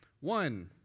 One